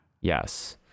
yes